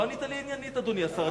לא ענית לי עניינית, אדוני השר.